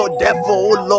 devil